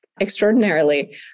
extraordinarily